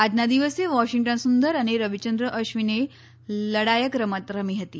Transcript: આજના દિવસે વોશિંગ્ટન સુંદર અને રવિચંદ્ર અશ્વિને લડાયક રમત રમી હતી